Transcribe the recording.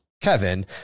Kevin